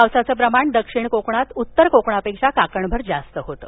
पावसाचं प्रमाण दक्षिण कोकणात उत्तर कोकणापेक्षा कांकणभर जास्त होतं